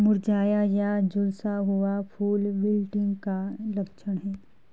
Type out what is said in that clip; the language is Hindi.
मुरझाया या झुलसा हुआ फूल विल्टिंग का लक्षण है